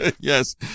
Yes